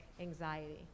anxiety